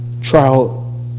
trial